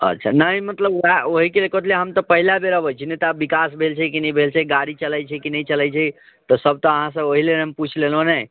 अच्छा नहि मतलब ओएह ओहिके कथिला हम पहिला बेर अबैत छी नहि तऽ विकास भेल छै कि नहि भेल गाड़ी चलैत छै कि नहि चलैत छै तऽ सबटा अहाँसँ ओहि लेल ने हम पुछि लेलहुँ नहि